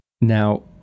Now